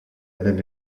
même